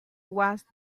was